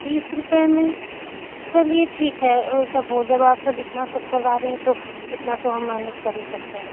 तीस रुपये में चलिए ठीक है सब हो जब आप सब इतना सब करवा रही हैं तो इतना तो हम मैनेज कर ही सकते हैं